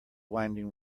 winding